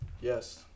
Yes